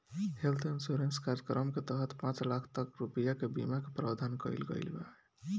health insurance कार्यक्रम के तहत पांच लाख तक रुपिया के बीमा के प्रावधान कईल गईल बावे